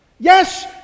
Yes